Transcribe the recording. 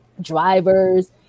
drivers